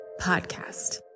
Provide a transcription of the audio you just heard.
Podcast